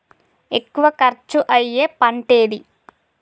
ఎక్కువ ఖర్చు అయ్యే పంటేది?